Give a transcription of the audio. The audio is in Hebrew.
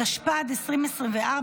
התשפ"ד 2024,